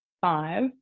Five